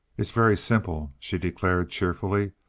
it's very simple, she declared, cheerfully.